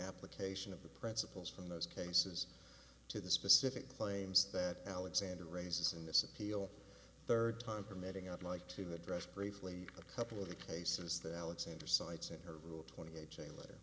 application of the principles from those cases to the specific claims that alexander raises in this appeal third time permitting i'd like to address briefly a couple of the cases that alexander cites in her rule twenty eight